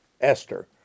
Esther